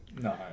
No